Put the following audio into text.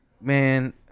man